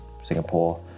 Singapore